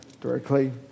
directly